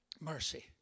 Mercy